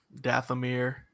Dathomir